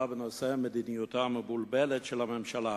בנושא: מדיניותה המבולבלת של הממשלה.